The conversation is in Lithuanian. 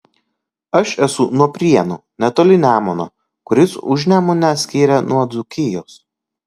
aš esu nuo prienų netoli nemuno kuris užnemunę skiria nuo dzūkijos